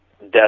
death